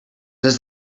does